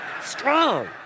Strong